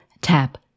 tap